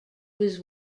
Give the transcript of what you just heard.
was